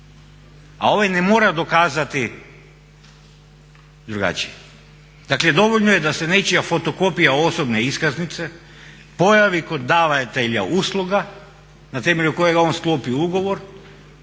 a ovaj ne mora dokazati drugačije. Dakle, dovoljno je da se nečija fotokopija osobne iskaznice pojavi kod davatelja usluga na temelju kojega on sklopi ugovor,